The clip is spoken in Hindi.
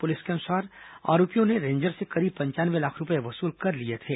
पुलिस के अनुसार आरोपियों ने रेंजर से करीब पंचानवे लाख रूपये वसूल कर लिए थे